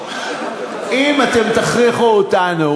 אם אתם תכריחו אותנו